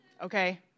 okay